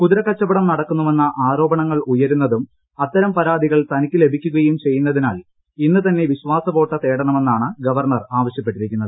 കുതിരക്കച്ചവടം നടക്കുന്നുവെന്ന ആരോപണങ്ങൾ ഉയരുന്നതും അത്തരം പരാതികൾ തനിക്ക് ലഭിക്കുകയും ചെയ്യുന്നതിനാൽ ഇന്ന് തന്നെ വിശ്വാസവോട്ട് തേടണമെന്നാണ് ഗവർണർ ആവശ്യപ്പെട്ടിരിക്കുന്നത്